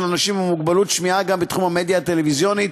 אנשים עם מוגבלות שמיעה גם בתחום המדיה הטלוויזיונית,